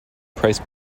price